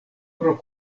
pro